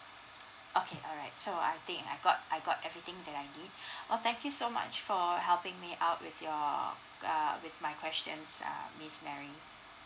okay alright so I think I got I got everything that I need uh thank you so much for helping me out with your err with my question err miss mary